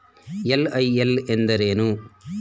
LIL ಎಂದರೇನು?